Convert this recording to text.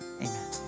amen